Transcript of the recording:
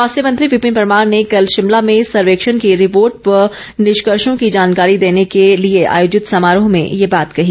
स्वास्थ्य मंत्री विपिन परमार ने कल शिमला में सर्वेक्षण की रिपोर्ट व निष्कर्षो की जानकारी देने के लिए आयोजित समारोह में ये बात कही